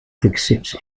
accepts